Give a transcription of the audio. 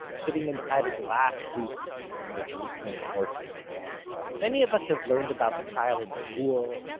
sitting inside a glass booth in the jerusalem courtroom many of us have learned about the trial in school,